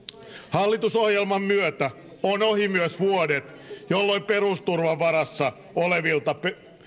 hallitusohjelman myötä ovat ohi myös vuodet jolloin perusturvan varassa olevilta